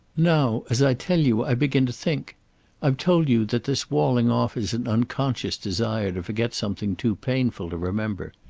now, as i tell you, i begin to think i've told you that this walling off is an unconscious desire to forget something too painful to remember.